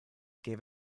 gave